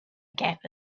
gap